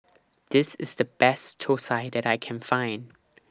This IS The Best Thosai that I Can Find